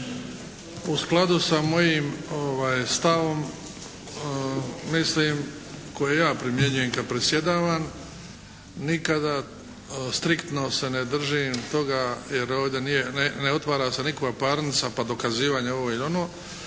U skladu sa mojim stavom mislim koji ja primjenjujem kad predsjedavam nikada striktno se ne držim toga jer ovdje nije, ne otvara se nikakva parnica, pa dokazivanje ovo ili ono,